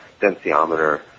densiometer